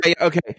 Okay